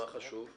מה חשוב?